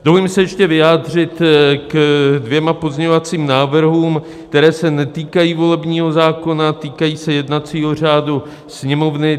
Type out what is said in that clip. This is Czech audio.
Dovolím si ještě se vyjádřit ke dvěma pozměňovacím návrhům, které se netýkají volebního zákona, týkají se jednacího řádu Sněmovny.